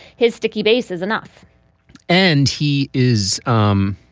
his sticky base is enough and he is um